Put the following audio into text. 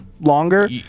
longer